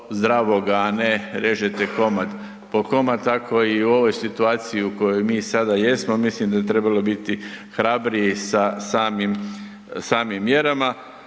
zdravoga, a ne režete komad po komad, tako i u ovoj situaciji u kojoj mi sada jesmo, mislim da bi trebalo biti hrabriji sa samim, samim